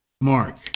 Mark